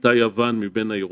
הייתה יוון קצת מבין הירוקות.